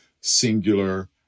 singular